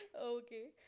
Okay